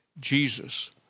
Jesus